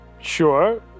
Sure